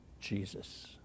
Jesus